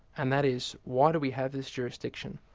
and that is why do we have this jurisdiction?